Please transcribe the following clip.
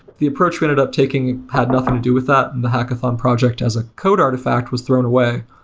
the approach we ended up taking had nothing to do with that, and the hackathon project as a code artifact was thrown away.